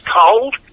cold